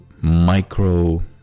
micro